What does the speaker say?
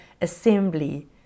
assembly